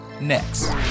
next